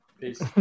Peace